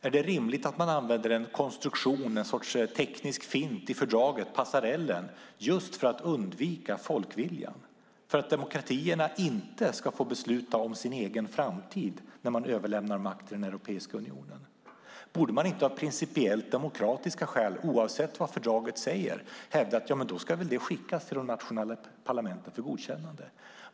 Är det rimligt att man använder en konstruktion med en sorts teknisk fint i fördraget, passarellen, för att undvika folkviljan och för att demokratierna inte ska få besluta om sin egen framtid när makt överlämnas till Europeiska unionen? Borde man inte av principiellt demokratiska skäl, oavsett vad fördraget säger, hävda att det i så fall ska skickas till de nationella parlamenten för godkännande?